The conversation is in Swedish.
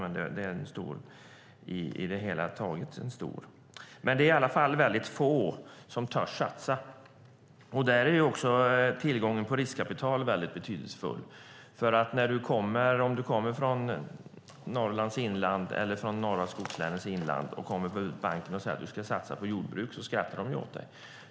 Men det är få som törs satsa. Tillgången på riskkapital är väldigt betydelsefull. Om man kommer från Norrlands eller de norra skogslänens inland till banken och säger att man ska satsa på jordbruk skrattar de åt en.